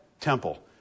temple